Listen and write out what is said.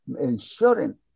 ensuring